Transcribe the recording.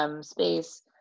Space